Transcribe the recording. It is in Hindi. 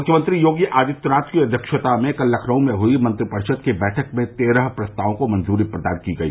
मुख्यमंत्री योगी आदित्यनाथ की अध्यक्षता में कल लखनऊ में हुई मंत्रिपरिषद की बैठक में तेरह प्रस्तावों को मंजूरी प्रदान की गई